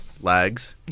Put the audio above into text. lags